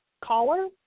Caller